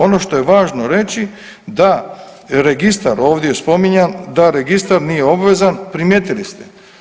Ono što je važno reći da registar ovdje spominjan, da Registar nije obvezan primijetili ste.